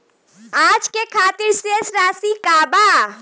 आज के खातिर शेष राशि का बा?